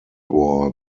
war